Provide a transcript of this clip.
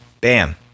bam